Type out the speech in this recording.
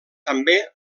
també